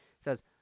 says